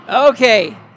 Okay